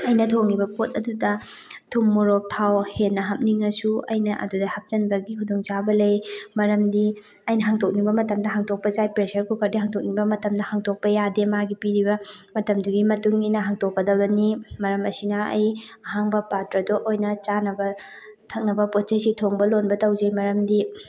ꯑꯩꯅ ꯊꯣꯡꯉꯤꯕ ꯄꯣꯠ ꯑꯗꯨꯗ ꯊꯨꯝ ꯃꯣꯔꯣꯛ ꯊꯥꯎ ꯍꯦꯟꯅ ꯍꯥꯞꯅꯤꯡꯉꯁꯨ ꯑꯩꯅ ꯑꯗꯨꯗ ꯍꯥꯞꯆꯟꯕꯒꯤ ꯈꯨꯗꯣꯡꯆꯥꯕ ꯂꯩ ꯃꯔꯝꯗꯤ ꯑꯩꯅ ꯍꯥꯡꯇꯣꯛꯅꯤꯡꯕ ꯃꯇꯝꯗ ꯍꯥꯡꯇꯣꯛꯄꯁꯨ ꯌꯥꯏ ꯄ꯭ꯔꯦꯁꯔ ꯀꯨꯀꯔꯗꯤ ꯍꯥꯡꯇꯣꯛꯅꯤꯡꯕ ꯃꯇꯝꯗ ꯍꯥꯡꯇꯣꯛꯄ ꯌꯥꯗꯦ ꯃꯥꯒꯤ ꯄꯤꯔꯤꯕ ꯃꯇꯝꯗꯨꯒꯤ ꯃꯇꯨꯡ ꯏꯟꯅ ꯍꯥꯡꯇꯣꯛꯀꯗꯕꯅꯤ ꯃꯔꯝ ꯑꯁꯤꯅ ꯑꯩ ꯑꯍꯥꯡꯕ ꯄꯥꯇ꯭ꯔꯗ ꯑꯣꯏꯅ ꯆꯥꯅꯕ ꯊꯛꯅꯕ ꯄꯣꯠꯆꯩꯁꯤ ꯊꯣꯡꯕ ꯂꯣꯟꯕ ꯇꯧꯖꯩ ꯃꯔꯝꯗꯤ